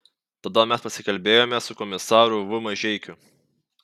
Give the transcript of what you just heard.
tada mes pasikalbėjome su komisaru v mažeikiu